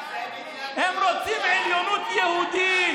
זאת מדינת הלאום שלנו, הם רוצים עליונות יהודית.